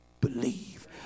believe